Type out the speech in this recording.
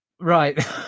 Right